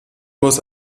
muss